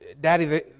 Daddy